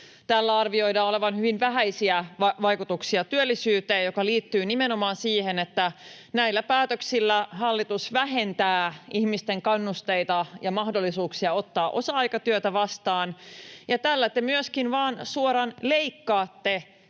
Tällä arvioidaan olevan hyvin vähäisiä vaikutuksia työllisyyteen, mikä liittyy nimenomaan siihen, että näillä päätöksillä hallitus vähentää ihmisten kannusteita ja mahdollisuuksia ottaa osa-aikatyötä vastaan, ja tällä te myöskin vain suoraan leikkaatte